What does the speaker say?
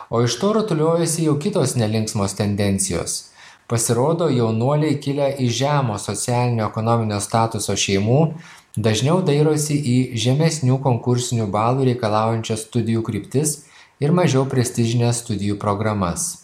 o iš to rutuliojosi jau kitos nelinksmos tendencijos pasirodo jaunuoliai kilę iš žemo socialinio ekonominio statuso šeimų dažniau dairosi į žemesnių konkursinių balų reikalaujančias studijų kryptis ir mažiau prestižines studijų programas